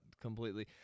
completely